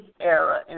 era